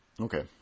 Okay